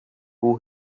who